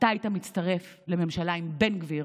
אתה היית מצטרף לממשלה עם בן גביר